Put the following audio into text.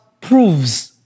proves